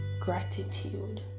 Gratitude